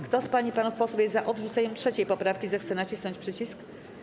Kto z pań i panów posłów jest za odrzuceniem 3. poprawki, zechce nacisnąć przycisk.